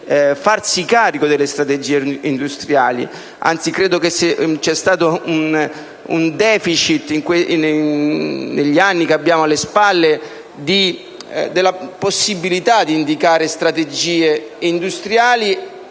farsi carico delle strategie industriali. Anzi, credo che se c'è stato un *deficit*, negli anni che abbiamo alle spalle, nella possibilità di indicare strategie industriali,